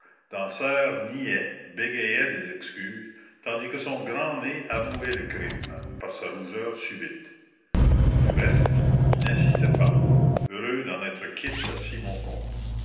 dansaert niait bégayait des excuses tandis que son grand nez avouait le crime par sa rougeur subite du reste il n'insista pas heureux d'en être quitte à si bon compte